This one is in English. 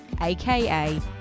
AKA